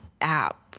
app